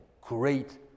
great